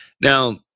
now